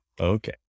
okay